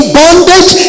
bondage